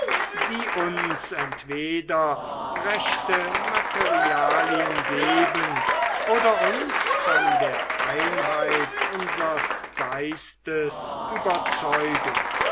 die uns entweder rechte materialien geben oder uns von der einheit unsers geistes überzeugen